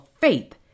faith